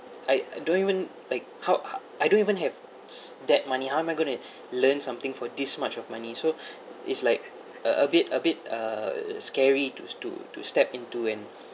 I don't even like how I don't even have s~ that money how am I going to learn something for this much of money so it's like a bit a bit uh scary to to to step into and